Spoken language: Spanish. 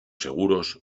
seguros